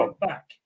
Back